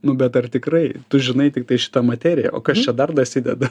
nu bet ar tikrai tu žinai tiktai šitą materiją o kas čia dar dasideda